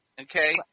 okay